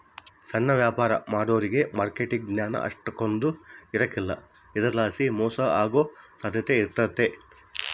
ಸಣ್ಣ ವ್ಯಾಪಾರ ಮಾಡೋರಿಗೆ ಮಾರ್ಕೆಟ್ ಜ್ಞಾನ ಅಷ್ಟಕೊಂದ್ ಇರಕಲ್ಲ ಇದರಲಾಸಿ ಮೋಸ ಹೋಗೋ ಸಾಧ್ಯತೆ ಇರ್ತತೆ